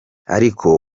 ariko